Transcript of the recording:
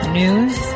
news